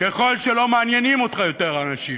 ככל שלא מעניינים אותך האנשים,